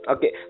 Okay